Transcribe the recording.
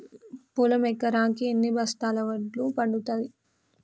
పొలం ఎకరాకి ఎన్ని బస్తాల వడ్లు పండుతుంది?